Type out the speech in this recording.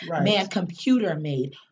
man-computer-made